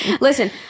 Listen